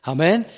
Amen